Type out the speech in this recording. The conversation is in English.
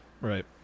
Right